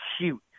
cute